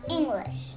English